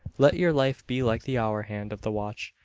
let your life be like the hour hand of the watch,